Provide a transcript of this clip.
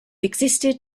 existed